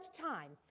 time